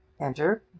enter